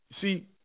See